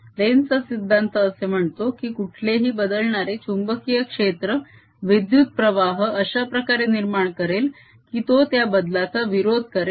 Lenz चा सिद्धांत असे म्हणतो की कुठलेही बदलणारे चुंबकीय क्षेत्र विद्युत प्रवाह अश्या प्रकारे निर्माण करेल की तो त्या बदलाचा विरोध करेल